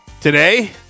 Today